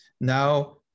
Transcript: Now